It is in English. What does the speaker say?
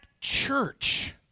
church